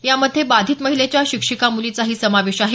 यामध्ये बाधित महिलेच्या शिक्षिका मुलीचाही समावेश आहे